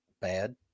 bad